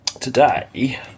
Today